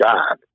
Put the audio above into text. God